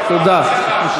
תודה.